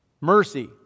mercy